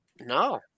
no